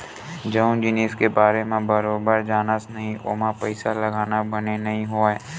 जउन जिनिस के बारे म बरोबर जानस नइ ओमा पइसा लगाना बने नइ होवय